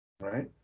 Right